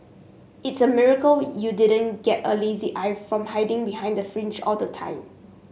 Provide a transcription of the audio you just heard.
it's a miracle you didn't get a lazy eye from hiding behind the fringe all the time